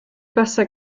buasai